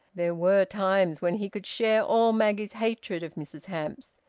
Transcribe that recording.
there were times when he could share all maggie's hatred of mrs hamps,